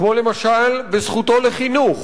כמו למשל בזכותו לחינוך.